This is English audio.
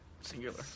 singular